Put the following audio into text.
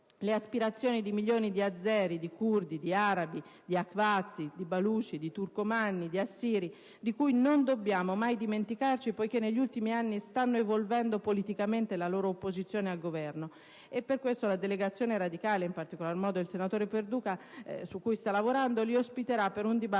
le aspirazioni di milioni di azeri, kurdi, arabi, ahwazi, baluci, turcomanni e assiri, di cui non dobbiamo mai dimenticarci, poiché negli ultimi anni stanno sviluppando politicamente la loro opposizione al Governo. Per questo la delegazione radicale - in particolare, il senatore Perduca sta lavorando al riguardo - li ospiterà per un dibattito